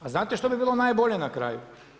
A znate šta bi bilo najbolje na kraju?